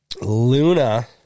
Luna